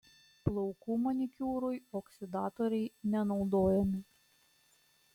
plaukų manikiūrui oksidatoriai nenaudojami